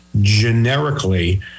generically